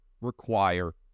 require